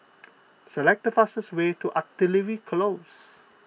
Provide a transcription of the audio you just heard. select the fastest way to Artillery Close